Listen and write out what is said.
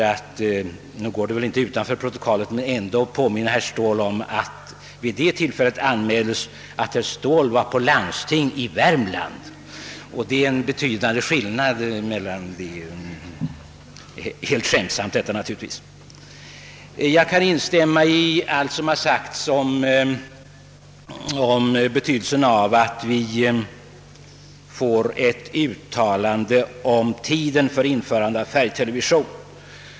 Jag vill påminna herr Ståhl om att det vid det tillfället anmäldes att herr Ståhl var på landstingssammanträde i Värmland. Jag kan instämma i allt som har sagts om betydelsen av att vi får ett uttalande om tiden för införande av färgtelevision.